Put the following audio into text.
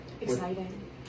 Exciting